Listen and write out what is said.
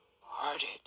hearted